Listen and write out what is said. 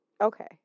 Okay